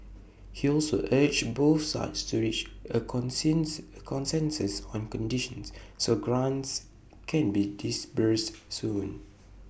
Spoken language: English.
he also urged both sides to reach A consensus A consensus on conditions so grants can be disbursed soon